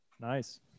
nice